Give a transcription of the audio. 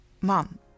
Mom